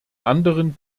anderen